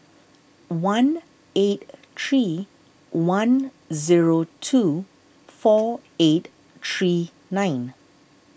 one eight three one zero two four eight three nine